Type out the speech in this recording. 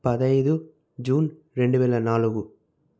పదహైదు జూన్ రెండు వేల నాలుగు